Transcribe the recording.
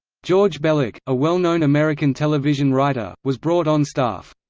george bellak, a well-known american television writer, was brought on staff.